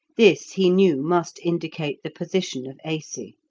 this he knew must indicate the position of aisi.